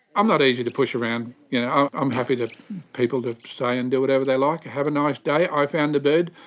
i'm not easy to push around. you know i'm i'm happy to people to say and do whatever they like. and have a nice day. i found a bird,